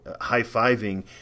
high-fiving